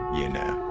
you know.